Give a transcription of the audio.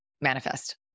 manifest